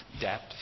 depth